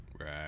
Right